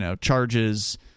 charges